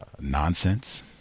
nonsense